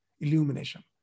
illumination